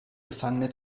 gefangene